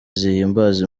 zihimbaza